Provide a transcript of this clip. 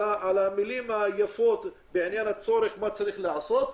על המילים היפות בעניין הצורך של מה צריך לעשות,